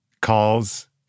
calls